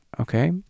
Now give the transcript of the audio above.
okay